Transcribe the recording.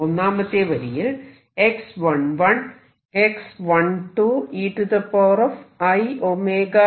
ഒന്നാമത്തെ വരിയിൽ x11 x12 ei12t